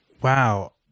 Wow